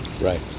Right